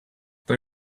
they